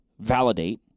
validate